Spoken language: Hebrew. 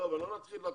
יש